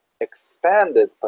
expanded